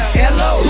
hello